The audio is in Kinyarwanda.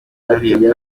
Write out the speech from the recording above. hariya